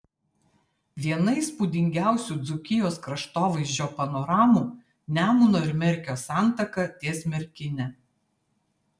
viena įspūdingiausių dzūkijos kraštovaizdžio panoramų nemuno ir merkio santaka ties merkine